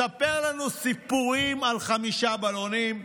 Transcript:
מספר לנו סיפורים על חמישה בלונים.